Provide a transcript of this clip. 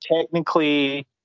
Technically